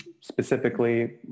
specifically